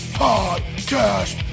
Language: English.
podcast